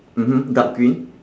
mmhmm dark green